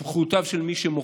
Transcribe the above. על זכויותיו של מי שמוחה.